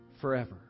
forever